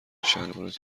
شلوارت